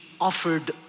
offered